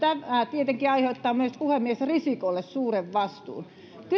tietenkin aiheuttaa myös puhemies risikolle suuren vastuun